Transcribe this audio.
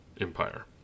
empire